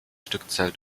stückzahl